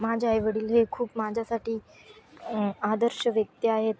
माझ्या आईवडील हे खूप माझ्यासाठी आदर्श व्यक्ती आहेत